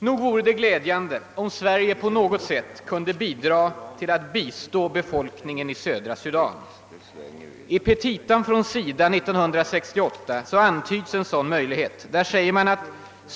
Nog vore det glädjande om Sverige på något sätt kunde bistå befolkningen i södra Sudan. I SIDA:s petita från 1968 antyds en sådan möjlighet.